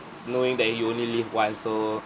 knowing that you only live once so